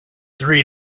three